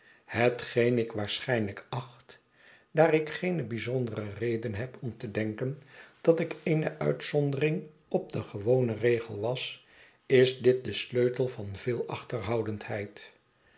hetgeen ik waarschijnlijk acht daar ik geene bijzondere reden heb om te denken dat ik eene uitzondering op den gewonen regel was is dit de sleutel van veel achterhoudendheid